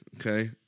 Okay